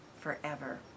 forever